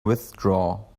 withdraw